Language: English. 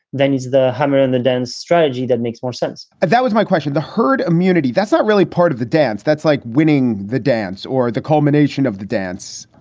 then is the hammer and the den strategy that makes more sense? that was my question. the herd immunity. that's not really part of the dance. that's like winning the dance or the combination of the dance.